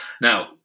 Now